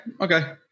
okay